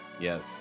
Yes